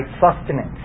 sustenance